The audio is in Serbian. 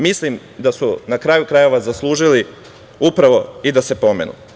Mislim da su na kraju krajeva zaslužili upravo i da se pomenu.